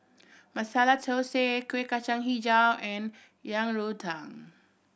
Masala Thosai Kueh Kacang Hijau and Yang Rou Tang